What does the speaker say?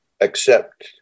accept